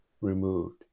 removed